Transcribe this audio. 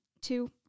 two